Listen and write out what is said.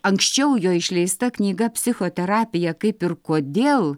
anksčiau jo išleista knyga psichoterapija kaip ir kodėl